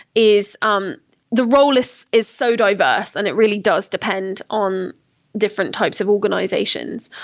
is um the role is is so diverse and it really does depend on different types of organizations.